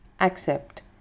Accept